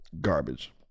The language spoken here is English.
Garbage